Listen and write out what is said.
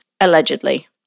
allegedly